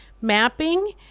mapping